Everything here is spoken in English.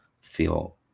feel